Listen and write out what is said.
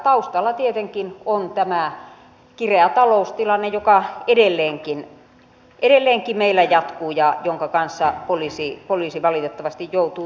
taustalla tietenkin on tämä kireä taloustilanne joka edelleenkin meillä jatkuu ja jonka kanssa poliisi valitettavasti joutuu toimimaan